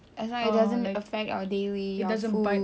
as long as it doesn't affect our daily food